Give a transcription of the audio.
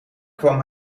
kwam